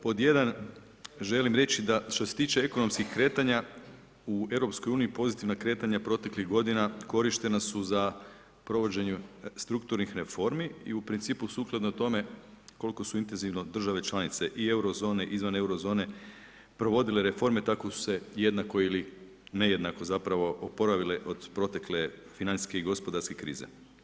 Pod jedan, želim reći da, što se tiče ekonomskih kretanja u EU pozitivna kretanja proteklih godina korištena su za provođenje strukturnih reformi i u principu sukladno tome koliko su intenzivno države članove i euro zone i izvan euro zone provodile reforme, tako su se jednako ili nejednako zapravo oporavile od protekle financijske i gospodarske krize.